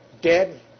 dead